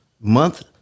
month